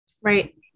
Right